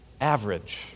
average